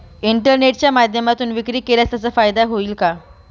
इंटरनेटच्या माध्यमातून विक्री केल्यास त्याचा फायदा होईल का?